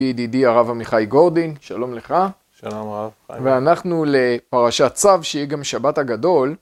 ידידי הרב עמיחי גורדין, שלום לך. שלום רב. ואנחנו לפרשת צו, שהיא גם שבת הגדול.